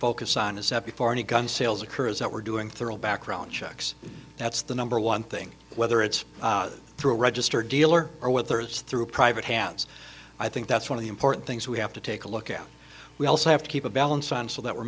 focus on is separate for any gun sales occurs that we're doing thorough background checks that's the number one thing whether it's through a registered dealer or whether it's through private hands i think that's one of the important things we have to take a look at we also have to keep a balance on so that we're